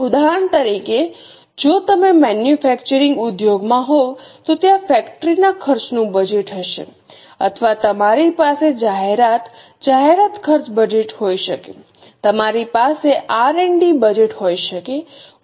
ઉદાહરણ તરીકે જો તમે મેન્યુફેક્ચરીંગ ઉદ્યોગમાં હોવ તો ત્યાં ફેક્ટરીના ખર્ચનું બજેટ હશે અથવા તમારી પાસે જાહેરાત જાહેરાત ખર્ચ બજેટ હોઈ શકે છે તમારી પાસે આર અને ડી બજેટ હોઈ શકે છે